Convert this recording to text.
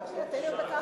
רק שנייה, תן לי עוד דקה.